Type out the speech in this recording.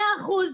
מאה אחוז